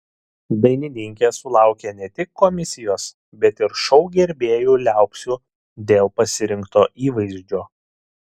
dainininkė sulaukė ne tik komisijos bet ir šou gerbėjų liaupsių dėl pasirinkto įvaizdžio